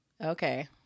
Okay